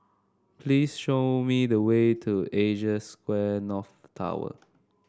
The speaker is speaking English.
please show me the way to Asia Square North Tower